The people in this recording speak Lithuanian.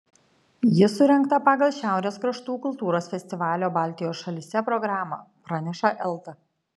ji surengta pagal šiaurės kraštų kultūros festivalio baltijos šalyse programą praneša elta